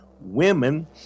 women